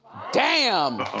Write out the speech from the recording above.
damn.